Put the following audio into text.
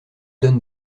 donne